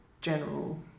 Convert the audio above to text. general